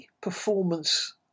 performance